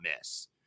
miss